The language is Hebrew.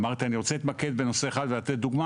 אמרתי אני רוצה להתמקד בנושא אחד ולתת דוגמא